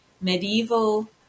medieval